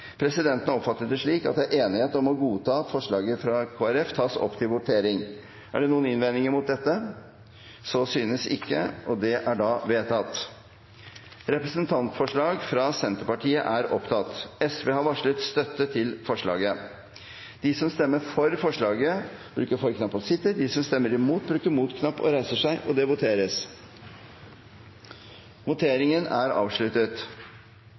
Presidenten har oppfattet det slik at det er enighet om å godta at forslaget fra Kristelig Folkeparti tas opp til votering. Er det noen innvendinger mot dette? – Så synes ikke, og det er da vedtatt. Det voteres over representantforslaget fra Senterpartiet. Forslaget lyder: Stortinget ber Stortingets presidentskap innhente en uavhengig juridisk betenkning om Norges tilknytning til EUs finanstilsyn og forholdet til Grunnlovens bestemmelser knyttet til suverenitetsoverføring, og